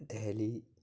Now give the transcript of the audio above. Delhi